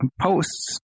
posts